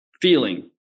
feeling